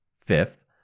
Fifth